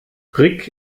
rick